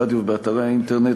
ברדיו ובאתרי האינטרנט,